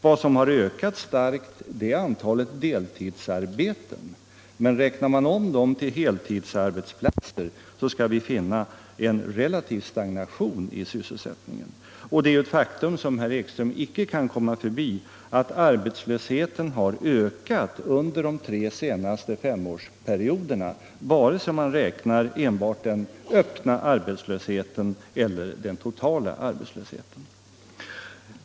Vad som har ökat starkt är antalet deltidsarbeten, men räknar man om dem till heltidsarbetsplatser, skall man finna en relativ stagnation i sysselsättningen. Och det är ett faktum som herr Ekström inte kommer förbi att arbetslösheten har ökat under de tre senaste femårsperioderna, vare sig man räknar enbart den öppna arbetslösheten eller den totala arbetslösheten.